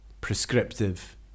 prescriptive